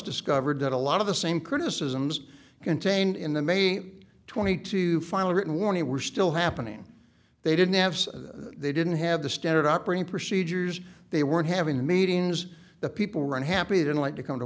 discovered that a lot of the same criticisms contained in the may twenty two final written warning were still happening they didn't have they didn't have the standard operating procedures they were having the meetings the people run happy didn't want to come to